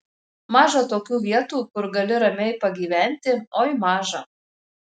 maža tokių vietų kur gali ramiai pagyventi oi maža